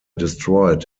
destroyed